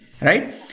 right